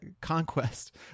conquest